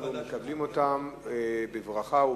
אנחנו מקבלים אותם בברכה ובהוקרה.